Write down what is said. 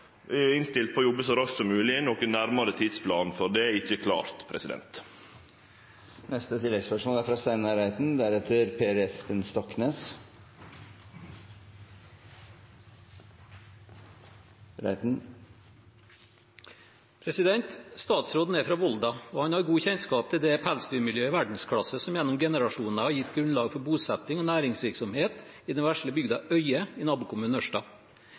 innstilt på å jobbe så raskt som mogleg. Nokon nærmare tidsplan for det er ikkje klar. Steinar Reitan – til oppfølgingsspørsmål. Statsråden er fra Volda, og han har god kjennskap til pelsdyrmiljøet som er i verdensklasse, og som gjennom generasjoner har gitt grunnlag for bosetting og næringsvirksomhet i den vesle bygda Øye i nabokommunen